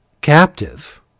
captive